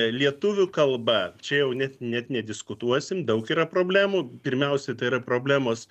lietuvių kalba čia jau net net nediskutuosim daug yra problemų pirmiausia tai yra problemos